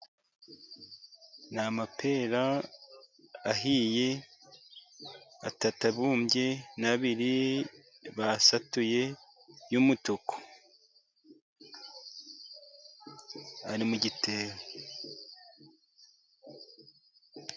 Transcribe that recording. Ni amapera ahiye, atatu abumbye, n'abiri basatuye y'umutuku ari mu gitebo.